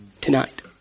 tonight